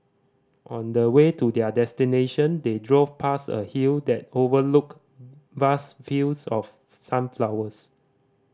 on the way to their destination they drove past a hill that overlooked vast fields of sunflowers